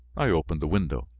i opened the window.